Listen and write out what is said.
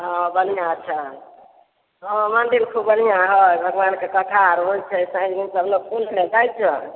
हँ बढ़िआँ छनि हँ मन्दिल खूब बढ़िआँ हए भगवानके कथा आर होयत छै साँझि भिन्सर लोक फूल छनि जाइत छनि